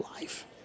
life